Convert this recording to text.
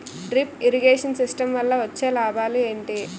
Drip irrigation system వల్ల వచ్చే లాభాలు ఏంటి?